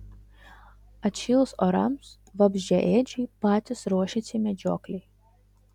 atšilus orams vabzdžiaėdžiai patys ruošiasi medžioklei